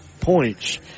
points